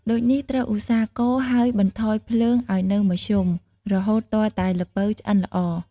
ដូចនេះ ត្រូវឧស្សាហ៍កូរ ហើយបន្ថយភ្លើងឱ្យនៅមធ្យម រហូតទាល់តែល្ពៅឆ្អិនល្អ។